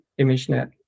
ImageNet